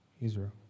Israel